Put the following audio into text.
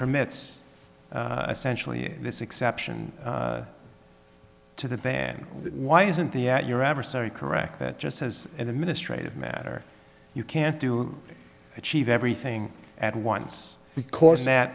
permits essentially this exception to the ban why isn't the at your adversary correct that just as an administrative matter you can't do achieve everything at once because that